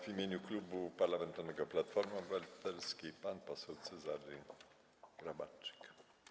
W imieniu Klubu Parlamentarnego Platforma Obywatelska pan poseł Cezary Grabarczyk.